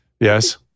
Yes